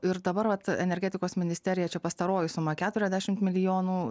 ir dabar vat energetikos ministerija čia pastaroji suma kiaturiasdešim milijonų